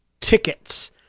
tickets